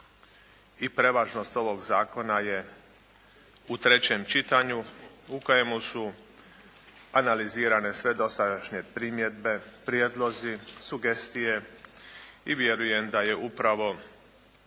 i prevažnost ovog Zakona je u trećem čitanju u kojemu su analizirane sve dosadašnje primjedbe, prijedlozi, sugestije i vjerujem da je upravo